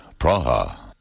Praha